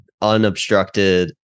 unobstructed